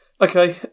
Okay